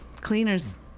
cleaners